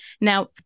Now